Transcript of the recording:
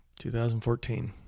2014